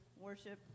worship